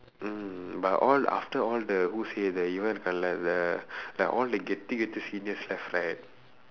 mm but all after all the who say the even fella the like all the seniors left right